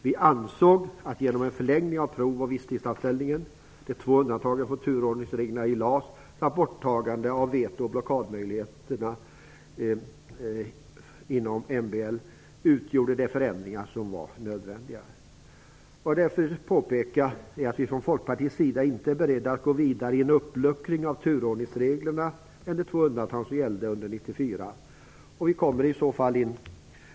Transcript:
Vi ansåg att en förlängning av provoch visstidsanställningen, undantaget för två personer från turordningsreglerna i LAS samt borttagande av veto och blockadmöjligheterna i MBL utgjorde de förändringar som var nödvändiga. Jag vill därför påpeka att vi från Folkpartiets sida inte är beredda att gå vidare i en uppluckring av turordningsreglerna än det undantag för två som gällde under 1994.